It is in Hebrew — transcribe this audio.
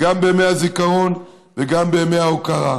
גם בימי הזיכרון וגם בימי ההוקרה.